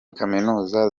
kaminuza